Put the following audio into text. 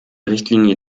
richtlinie